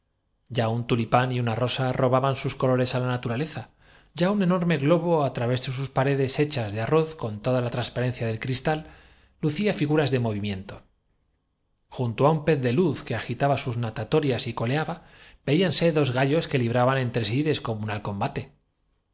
ya un tulipán y una rosa robaban sus colores á la naturaleza ya un enorme globo á través de sus paredes hechas de arroz con toda la transparencia del cristal lucía figuras de movimiento junto á un pez de luz que agitaba sus natatorias y coleaba veíanse dos gallos que libraban entre sí descomunal combate